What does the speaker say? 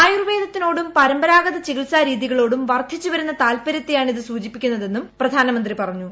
ആയൂർവ്വേദത്തിനോടും പരമ്പരാഗത ചികിത്സാ രീതികളോടും വർദ്ധിച്ചുവ്യുന്ന താൽപര്യത്തെയാണ് ഇത് സൂചിപ്പിക്കുന്നതെന്നും പ്രധാനമന്ത്രി പറഞ്ഞു